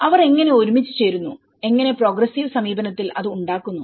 അവർ എങ്ങനെ ഒരുമിച്ചു ചേരുന്നു എങ്ങനെ പ്രോഗ്രസ്സീവ് സമീപനത്തിൽ അത് ഉണ്ടാക്കുന്നു